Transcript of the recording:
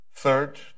Third